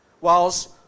Whilst